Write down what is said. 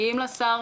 מגיעים לשר,